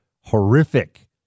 horrific